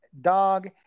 dog